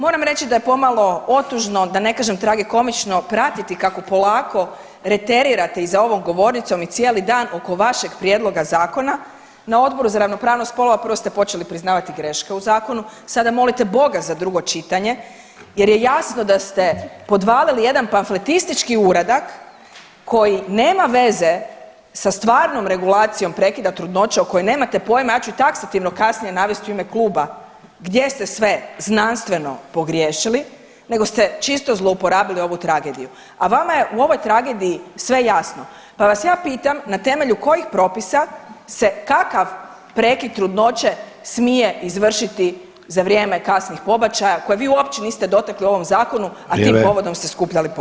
Moram reći da je pomalo otužno da ne kažem tragikomično pratiti kako polako reterirate i za ovom govornicom i cijeli dan oko vašeg prijedloga zakona, na Odboru za ravnopravnost spolova prvo ste počeli priznavati greške u zakonu, sada molite Boga za drugo čitanje jer je jasno da ste podvalili jedan pamfletistički uradak koji nema veze sa stvarnom regulacijom prekida trudnoće o kojoj nemate pojma, ja ću i taksativno kasnije navesti u ime kluba gdje ste sve znanstveno pogriješili nego ste čisto zlouporabili ovu tragediju, a vama je u ovoj tragediji sve jasno, pa vas ja pitam na temelju kojih propisa se kakav prekid trudnoće smije izvršiti za vrijeme kasnih pobačaja koje vi uopće niste dotakli u ovom zakonu, a tim povodom ste skupljali potpise?